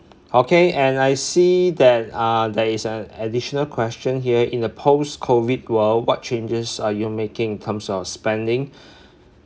okay and I see that uh there is an additional question here in the post COVID world what changes are you making in terms of spending